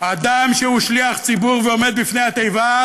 אדם שהוא שליח ציבור ועומד בפני התיבה,